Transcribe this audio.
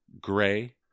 gray